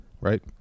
right